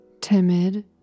timid